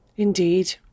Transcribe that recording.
Indeed